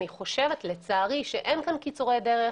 אני חושבת שאין כאן קיצורי דרך,